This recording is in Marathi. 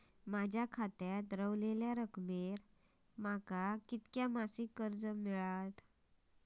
माझ्या खात्यात रव्हलेल्या रकमेवर माका किती मासिक कर्ज मिळात?